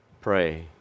pray